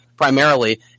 primarily